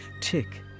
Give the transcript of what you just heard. Tick